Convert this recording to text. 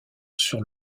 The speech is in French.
sur